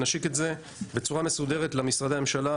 נשיק את זה בצורה מסודרת למשרדי הממשלה,